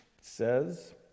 says